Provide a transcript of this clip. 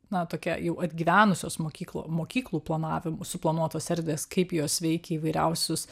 na tokia jau atgyvenusios mokyklo mokyklų planavimus suplanuotos erdvės kaip jos veikė įvairiausius